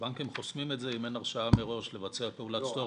הבנקים חוסמים את זה אם אין הרשאה מראש לבצע פעולת סטורנו.